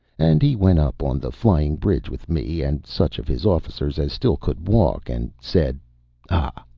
and he went up on the flying bridge with me and such of his officers as still could walk and said ah.